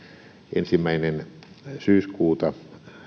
ensimmäinen syyskuuta